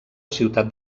ciutat